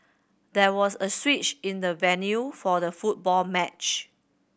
there was a switch in the venue for the football match